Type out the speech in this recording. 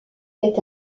est